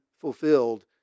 fulfilled